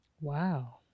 Wow